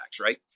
right